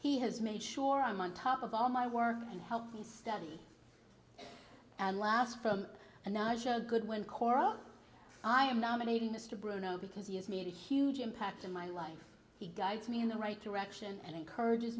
he has made sure i'm on top of all my work and help me study laughs from a natural good when cora i am nominating mr bruno because he has made a huge impact in my life he guides me in the right direction and encourages